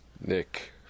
Nick